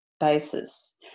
basis